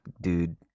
dude